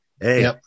hey